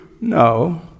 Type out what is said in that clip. No